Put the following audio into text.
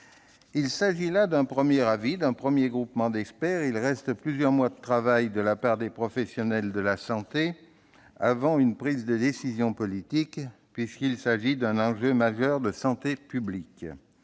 Il s'agit là d'un premier avis d'un premier groupement d'experts. Il reste plusieurs mois de travail de la part des professionnels de la santé avant une prise de décision politique, puisqu'il s'agit d'un enjeu majeur de santé publique.